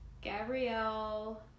Gabrielle